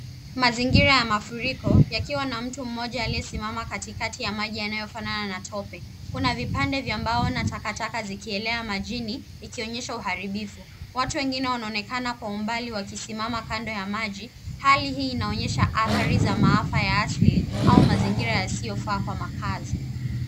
Mazingira ya mafuriko, yakiwa na mtu mmoja aliyesimama katikati ya maji yanayofanana na tope. Kuna vipande vya mbao na takataka zikielea majini ikionyesha uharibifu. watu wengine wanaonekana kwa umbali wakisimama kando ya maji. Hali hii inaonyesha athari za maafa ya asili au mazingira yasiyofa kwa makaazi.